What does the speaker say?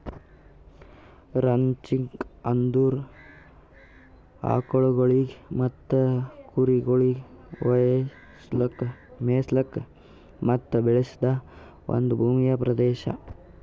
ranching ಅಂದುರ್ ಆಕುಲ್ಗೊಳಿಗ್ ಮತ್ತ ಕುರಿಗೊಳಿಗ್ ಮೆಯಿಸ್ಲುಕ್ ಮತ್ತ ಬೆಳೆಸದ್ ಒಂದ್ ಭೂಮಿಯ ಪ್ರದೇಶ